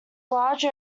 large